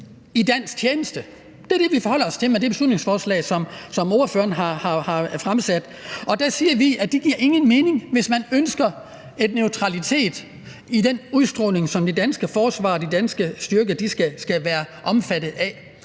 i dansk tjeneste. Det er det, vi forholder os til med det beslutningsforslag, som hr. Sikandar Siddique m.fl. har fremsat. Der siger vi, at det ikke giver nogen mening, hvis man ønsker en neutralitet i den udstråling, som det danske forsvar og de danske styrker skal have. Og det er